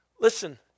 Listen